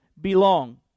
belong